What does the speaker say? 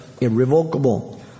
irrevocable